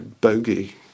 bogey